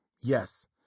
Yes